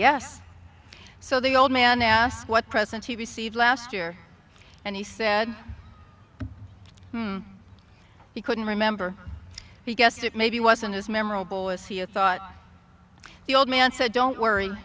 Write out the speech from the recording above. yes so the old man asked what presents he received last year and he said he couldn't remember he guessed it maybe wasn't as memorable as he thought the old man said don't worry